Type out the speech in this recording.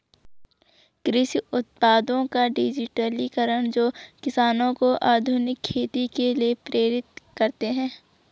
कृषि उत्पादों का डिजिटलीकरण जो किसानों को आधुनिक खेती के लिए प्रेरित करते है